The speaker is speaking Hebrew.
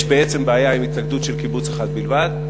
היא שיש בעצם בעיה עם התנגדות של קיבוץ אחד בלבד,